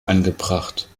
angebracht